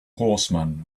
horsemen